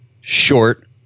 short